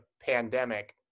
pandemic